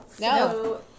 No